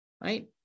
right